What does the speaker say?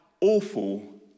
awful